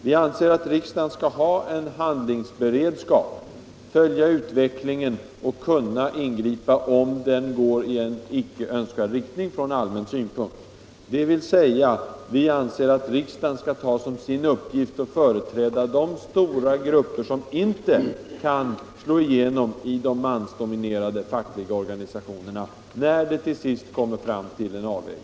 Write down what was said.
Vi menar att riksdagen skall ha en handlingsberedskap, följa utvecklingen och kunna ingripa om den går i icke önskvärd riktning från allmän synpunkt. Detta innebär att vi vill att riksdagen skall ta som sin uppgift att företräda de stora grupper som inte kan slå igenom i de mansdominerade fackliga organisationerna, när det till sist kommer till en avvägning.